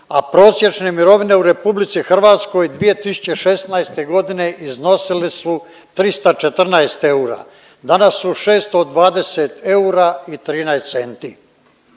a prosječne mirovine u RH 2016. godine iznosili su 314 eura, danas su 620 eura i 13 centi.